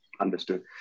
Understood